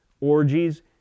orgies